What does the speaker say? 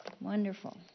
Wonderful